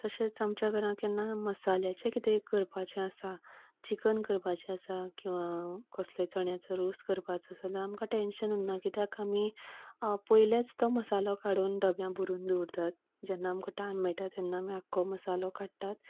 तशेंच आमच्या घरा केन्ना मसाल्याचें कितेंय करपाचें आसा चिकन करपाचें आसा किंवां कसलेय चण्याचो रोस करपाचो आसा जाल्यार आमकां टॅन्शन ना कित्याक आमी पयलेच तो मसालो काडून डब्यांत भरून दवोरतात जेन्ना आमकां टायम मेळटा तेन्ना आमी आख्खो मसालो काडटात